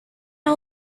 our